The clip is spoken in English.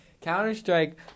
Counter-Strike